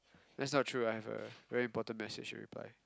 that's not true I have a very important message to reply